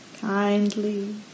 Kindly